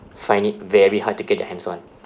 find it very hard to get their hands on